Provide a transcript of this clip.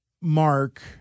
Mark